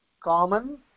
common